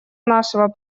нашего